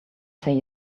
say